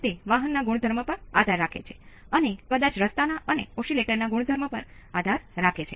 તેથી આપણને 2 × R2 ભાંગ્યા R1 મળે છે